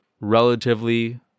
relatively